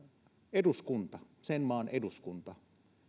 sen maan eduskunta